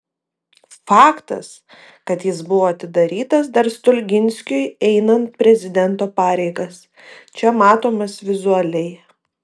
faktas kad jis buvo atidarytas dar stulginskiui einant prezidento pareigas čia matomas vizualiai